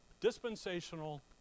dispensational